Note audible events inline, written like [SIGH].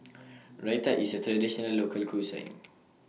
[NOISE] Raita IS A Traditional Local Cuisine